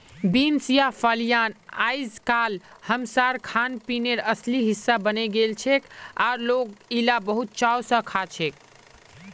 beans या फलियां अइजकाल हमसार खानपीनेर असली हिस्सा बने गेलछेक और लोक इला बहुत चाव स खाछेक